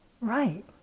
right